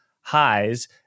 highs